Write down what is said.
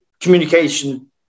communication